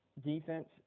defense